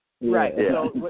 Right